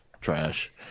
trash